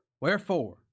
Wherefore